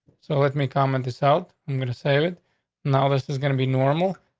so let me comment this out. i'm going to save it now. this is gonna be normal.